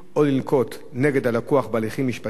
או לנקוט נגד הלקוח הליכים משפטיים,